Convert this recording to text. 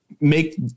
make